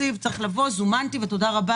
אנחנו